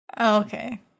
Okay